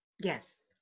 Yes